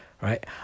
right